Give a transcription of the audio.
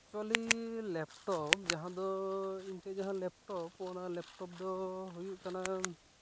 ᱮᱠᱪᱩᱭᱮᱞᱤ laptop ᱡᱟᱦᱟᱸ ᱫᱚ ᱤᱧ ᱴᱷᱮᱡ ᱡᱟᱦᱟᱸ ᱞᱮᱯᱴᱚᱯ ᱛᱚ ᱚᱱᱟ ᱞᱮᱯᱴᱚᱯ ᱫᱚ ᱦᱩᱭᱩᱜ ᱠᱟᱱᱟ